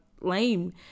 lame